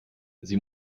sie